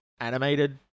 animated